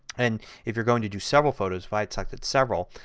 and if you are going to do several photos, if i had selected several,